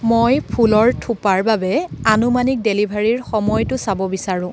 মই ফুলৰ থোপাৰ বাবে আনুমানিক ডেলিভাৰীৰ সময়টো চাব বিচাৰোঁ